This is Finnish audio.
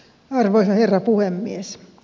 arvoisa herra puhemies